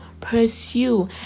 pursue